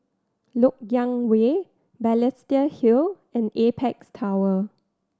Lok Yang Way Balestier Hill and Apex Tower